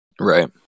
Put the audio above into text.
right